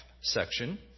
section